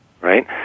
right